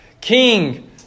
king